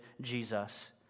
Jesus